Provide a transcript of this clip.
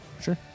Sure